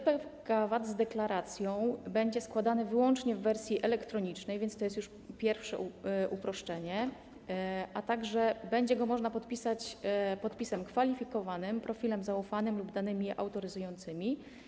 JPK_VAT z deklaracją będzie składany wyłącznie w wersji elektronicznej, więc to jest już pierwsze uproszczenie, a także będzie go można podpisać podpisem kwalifikowanym, profilem zaufanym lub danymi autoryzującymi.